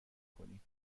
کنیم